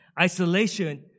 Isolation